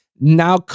Now